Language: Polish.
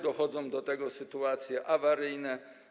Dochodzą do tego sytuacje awaryjne.